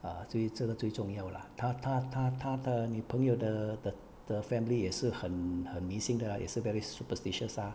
ah 至于这个最重要 lah 他他他他的女朋友的的的 family 也是很很迷信的啦也是 very superstitious ah